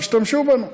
תשתמשו בנו,